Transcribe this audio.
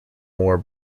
war